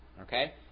Okay